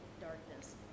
darkness